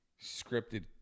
scripted